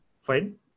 Fine